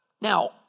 Now